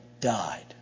died